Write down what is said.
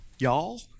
Y'all